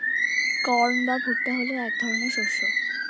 corn বা ভুট্টা হলো এক ধরনের শস্য